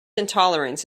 intolerance